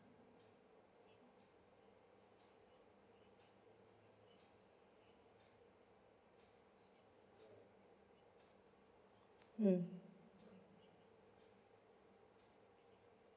um